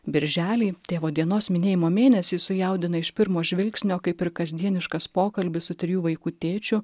birželį tėvo dienos minėjimo mėnesį sujaudina iš pirmo žvilgsnio kaip ir kasdieniškas pokalbis su trijų vaikų tėčiu